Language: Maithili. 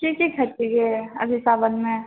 की की खाय छिऐ अभी सावनमे